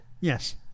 Yes